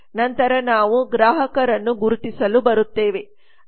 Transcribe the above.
ನಂತರ ನಾವು ಗ್ರಾಹಕರನ್ನು ಗುರುತಿಸಲು ಬರುತ್ತೇವೆ